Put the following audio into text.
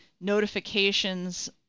notifications